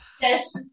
yes